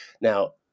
Now